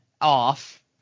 off